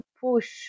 push